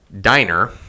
diner